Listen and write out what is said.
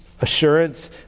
assurance